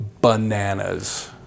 bananas